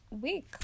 week